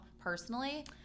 personally